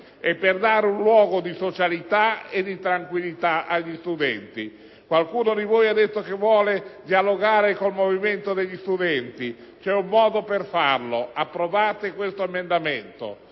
e per dare un luogo di socialitae di tranquillita agli studenti. Qualcuno di voi ha detto che vuole dialogare con il movimento degli studenti. C’eun modo per farlo: approvate questo emendamento.